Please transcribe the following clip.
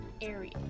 area